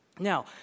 Now